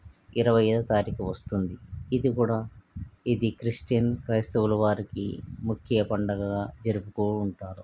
ఇరవయో తారీఖు వస్తుంది ఇది కూడా ఇది క్రిస్టియన్ క్రైస్తవుల వారికి ముఖ్య పండగగా జరుపుతూ ఉంటారు